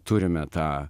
turime tą